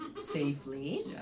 safely